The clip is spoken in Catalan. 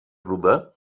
rodar